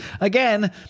again